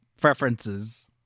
preferences